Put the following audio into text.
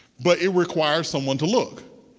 but it requires someone to look.